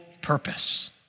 purpose